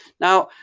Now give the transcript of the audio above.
now